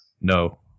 No